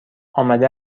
آمده